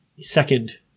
second